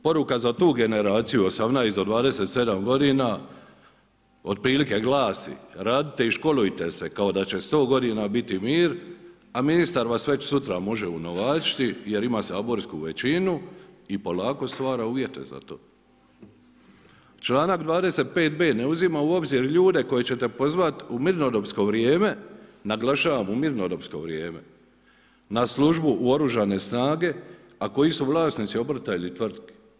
Poruka za tu generaciju 18 do 27 godina otprilike glasi: „Radite i školujte se kao da će sto godina biti mir, a ministar vas već sutra može unovačiti jer ima saborsku većinu i polako stvara uvjete za to.“ Članak 25b. ne uzima u obzir ljude koje ćete pozvat u mirnodopsko vrijeme, naglašavam u mirnodopsko vrijeme na službu u Oružane snage, a koji su vlasnici obrta ili tvrtke.